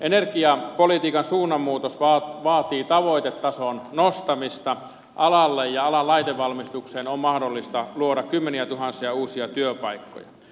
energiapolitiikan suunnanmuutos vaatii tavoitetason nostamista alalla ja alan laitevalmistukseen on mahdollista luoda kymmeniätuhansia uusia työpaikkoja